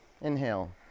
Inhale